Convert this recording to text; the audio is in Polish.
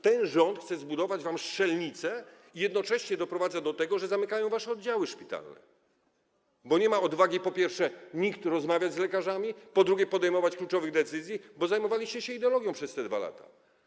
Ten rząd chce zbudować wam strzelnice i jednocześnie doprowadza do tego, że zamykają wam wasze oddziały szpitalne, bo nikt nie ma odwagi, po pierwsze, rozmawiać z lekarzami, po drugie, podejmować kluczowych decyzji, ponieważ zajmowaliście się ideologią przez te 2 lata.